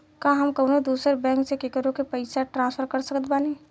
का हम कउनों दूसर बैंक से केकरों के पइसा ट्रांसफर कर सकत बानी?